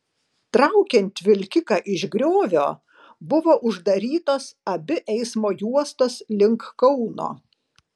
traukiant vilkiką iš griovio buvo uždarytos abi eismo juostos link kauno